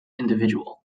individual